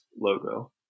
logo